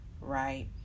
right